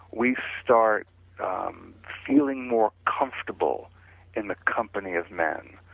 we start feeling more comfortable in the company of men.